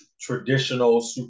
traditional